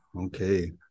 Okay